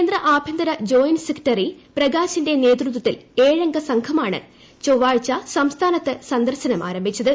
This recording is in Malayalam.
കേന്ദ്ര ആഭ്യന്തര ജോയിന്റ് സെക്രട്ടറി പ്രകാശിന്റെ നേതൃത്വത്തിൽ ഏഴംഗ സംഘമാണ് ചൊവ്വാഴ്ച സംസ്ഥാനത്ത് സന്ദർശനം ആരംഭിച്ചത്